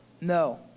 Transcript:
No